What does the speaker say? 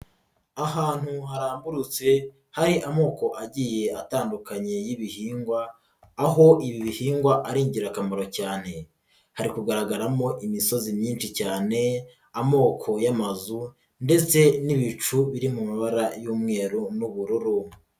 Ahantu haramburutse hari amoko agiye atandukanye y'ibihingwa, aho ibi bihingwa ari ingirakamaro cyane, hari kugaragaramo imisozi myinshi cyane, amoko y'amazu ndetse n'ibicu biri mu mabara y'umweru n'ubururu.